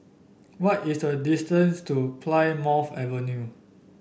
what is the distance to Plymouth Avenue